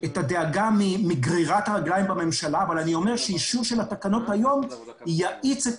לחלוטין מבינים את זה אבל אני חושבת שהתקנות שנתקין היום ייתנו את